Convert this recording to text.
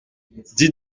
dis